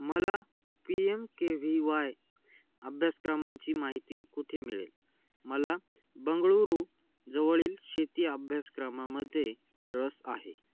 मला P M K V Y अभ्यासक्रमांची माहिती कुठे मिळेल मला बंगळूरू जवळील शेती अभ्यासक्रमामध्ये रस आहे